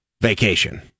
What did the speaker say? vacation